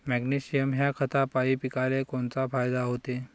Magnesium ह्या खतापायी पिकाले कोनचा फायदा होते?